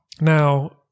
Now